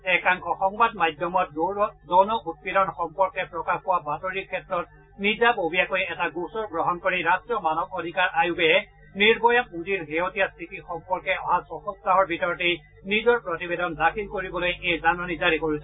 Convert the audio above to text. একাংশ সংবাদবাদ মাধ্যমত যৌন উৎপীড়ন সম্পৰ্কে প্ৰকাশ পোৱা বাতৰিৰ ক্ষেত্ৰত নিজাববীয়াকৈ এটা গোচৰ গ্ৰহণ কৰি ৰাষ্ট্ৰীয় মানৱ অধিকাৰ আয়োগে নিৰ্ভয়া পুঁজিৰ শেহতীয়া স্থিতি সম্পৰ্কে অহা ছসপ্তাহৰ ভিতৰতে নিজৰ প্ৰতিবেদন দাখিল কৰিবলৈ এই জাননী জাৰি কৰিছে